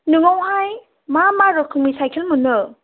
नोंनावहाय मा मा रोखोमनि साइकेल मोनो